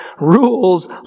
rules